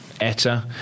Etta